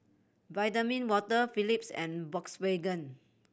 Vitamin Water Philips and Volkswagen